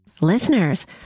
Listeners